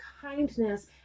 kindness